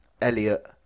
Elliot